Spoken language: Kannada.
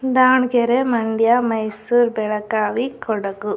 ದಾವಣಗೆರೆ ಮಂಡ್ಯ ಮೈಸೂರು ಬೆಳಗಾವಿ ಕೊಡಗು